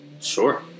Sure